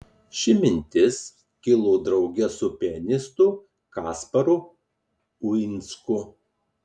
ši mintis kilo drauge su pianistu kasparu uinsku